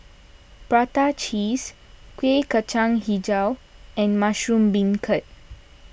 Prata Cheese Kueh Kacang HiJau and Mushroom Beancurd